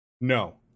No